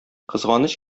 кызганыч